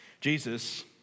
Jesus